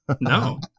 No